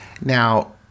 Now